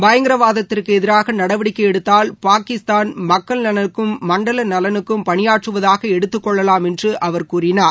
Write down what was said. பயங்கரவாதத்திற்கு எதிராக நடவடிக்கை எடுத்தால் பாகிஸ்தான் மக்கள் நலனுக்கும் மண்டல நலனுக்கும் பணியாற்றுவதாக எடுத்துக்கொள்ளலாம் என்று அவர் கூறினார்